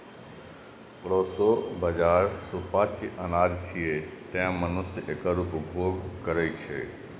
proso बाजारा सुपाच्य अनाज छियै, तें मनुष्य एकर उपभोग करै छै